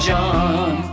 John